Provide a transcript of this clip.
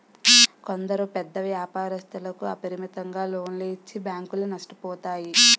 కొందరు పెద్ద వ్యాపారస్తులకు అపరిమితంగా లోన్లు ఇచ్చి బ్యాంకులు నష్టపోతాయి